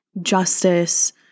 justice